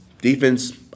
Defense